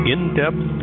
In-depth